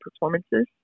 performances